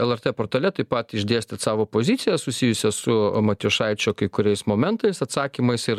lrt portale taip pat išdėstėt savo poziciją susijusią su matijošaičio kai kuriais momentais atsakymais ir